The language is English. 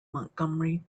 montgomery